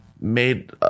made